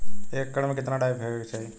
एक एकड़ में कितना डाई फेके के चाही?